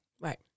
Right